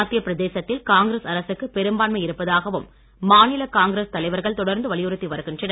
மத்திய பிரதேசத்தில் காங்கிரஸ் அரசுக்கு பெரும்பான்மை இருப்பதாகவும் மாநில காங்கிரஸ் தலைவர்கள் தொடர்ந்து வலியுறுத்தி வருகின்றனர்